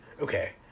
okay